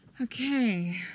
okay